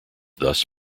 thus